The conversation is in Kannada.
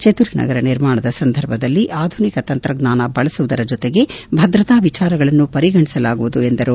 ಚತುರ ನಗರ ನಿರ್ಮಾಣದ ಸಂದರ್ಭದಲ್ಲಿ ಆಧುನಿಕ ತಂತ್ರಜ್ಞಾನ ಬಳಸುವುದರ ಜತೆಗೆ ಭದ್ರತಾ ವಿಚಾರಗಳನ್ನೂ ಪರಿಗಣಿಸಲಾಗುವುದು ಎಂದರು